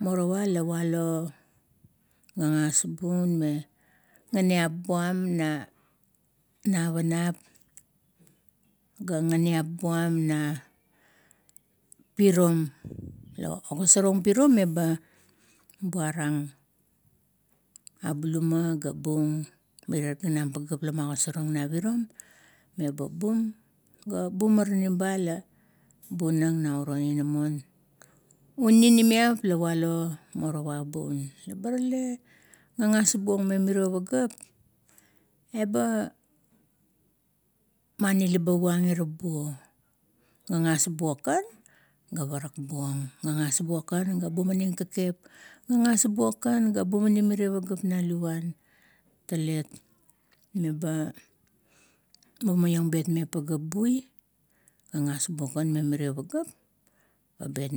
Morowa la valo gagas bun me gaiap buam na navariap ga garieap buam na pirom, la ogasor ong pirom meba buarang, abuluma ga pung, mirier gamam pagaep la magosar na pirom meba bum ga bumaralim ba la bunang nauro inamon, un ninimiap la walo morowa bun. Leba rale gagas bung memirio pagaep eba manin leba puang ira buo, gagas buong kan ga parak buong, gagas buong kan ga bumaning kekep, gagas buong kan ga bumaning merie pageap na luvuan. Tlet meba mumaiong betmeng pageap bui, gagas buong kan memirie pagaep ga bet,